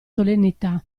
solennità